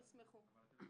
הם ישמחו.